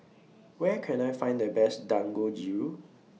Where Can I Find The Best Dangojiru